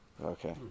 Okay